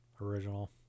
Original